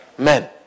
Men